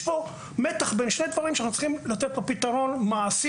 יש כאן מתח בין שני דברים שאנחנו צריכים לתת פתרון מעשי,